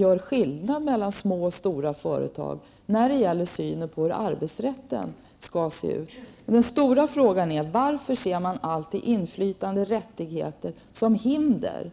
stor åtskillnad mellan små och stora företag när det gäller synen på arbetsrätten? Den stora frågan är: Varför ser man alltid inflytande och rättigheter som hinder?